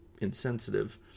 insensitive